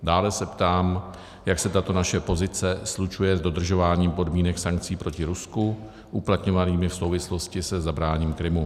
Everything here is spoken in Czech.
Dále se ptám, jak se tato naše pozice slučuje s dodržováním podmínek sankcí proti Rusku uplatňovanými v souvislosti se zabráním Krymu.